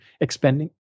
expending